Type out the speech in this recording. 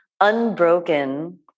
unbroken